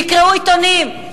שיקראו עיתונים,